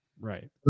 Right